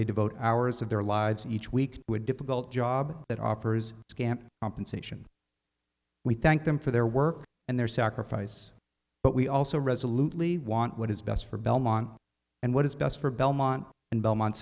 they devote hours of their lives each week with difficult job that offers scant compensation we thank them for their work and their sacrifice but we also resolutely want what is best for belmont and what is best for belmont and belmont